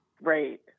Right